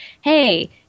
hey